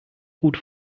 gut